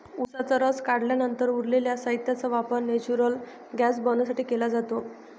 उसाचा रस काढल्यानंतर उरलेल्या साहित्याचा वापर नेचुरल गैस बनवण्यासाठी केला जातो